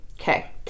okay